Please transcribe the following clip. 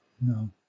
No